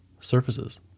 surfaces